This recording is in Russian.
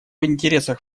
интересах